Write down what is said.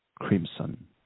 crimson